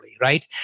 right